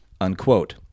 unquote